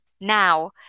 now